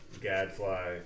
gadfly